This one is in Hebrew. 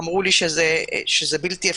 אמרו לי שזה בלתי-אפשרי,